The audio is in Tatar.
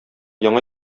яңа